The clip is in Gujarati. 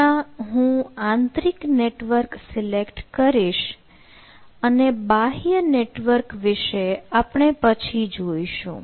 હમણાં હું આંતરિક નેટવર્ક સિલેક્ટ કરીશ અને બાહ્ય નેટવર્ક વિશે આપણે પછી જોઈશું